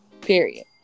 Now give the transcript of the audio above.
period